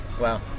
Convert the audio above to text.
Wow